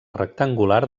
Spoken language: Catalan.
rectangular